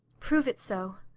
prove it so,